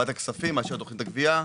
ועדת הכספים את תוכנית הגבייה.